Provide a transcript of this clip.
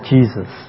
Jesus